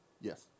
yes